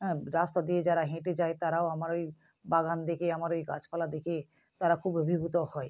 হ্যাঁ রাস্তা দিয়ে যারা হেঁটে যায় তারাও আমার ওই বাগান দেখে আমার ওই গাছপালা দেখে তারা খুব অভিভূত হয়